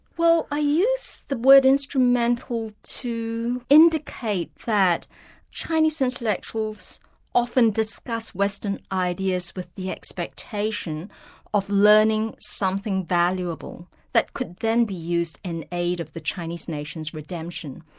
well i use the word instrumental to indicate that chinese intellectuals often discuss western ideas with the expectation of learning something valuable that could then be used in aid of the chinese nation's redemption.